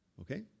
okay